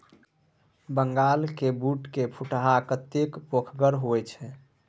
बंगालक बूटक फुटहा कतेक फोकगर होए छै